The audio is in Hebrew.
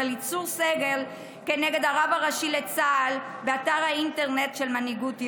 אליצור סגל נגד הרב הראשי לצה"ל באתר האינטרנט של מנהיגות יהודית.